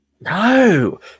No